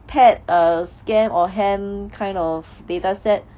paired err scan or ham kind of data set